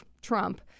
Trump